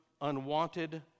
unwanted